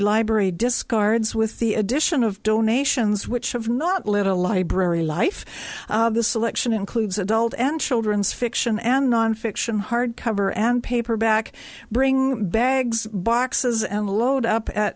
library discards with the addition of donations which of not little library life selection includes adult and children's fit and nonfiction hardcover and paperback bring bags boxes and load up at